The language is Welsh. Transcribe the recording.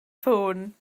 ffôn